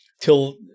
till